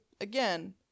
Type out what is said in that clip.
again